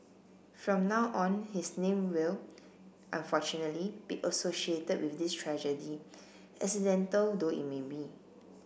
from now on his name will unfortunately be associated with this tragedy accidental though it may be